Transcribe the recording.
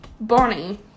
Bonnie